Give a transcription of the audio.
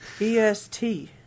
E-S-T